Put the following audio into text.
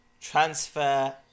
transfer